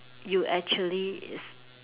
you actually is